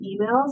emails